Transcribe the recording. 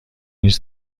نیز